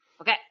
Okay